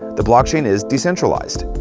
the blockchain is decentralized.